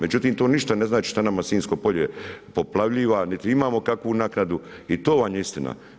Međutim, to ništa ne znači što nama Sinjsko polje poplavljuje, niti imamo kakvu naknadu i to vam je istina.